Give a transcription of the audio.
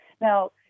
Now